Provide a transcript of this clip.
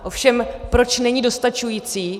Ovšem proč není dostačující?